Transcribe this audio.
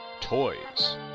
toys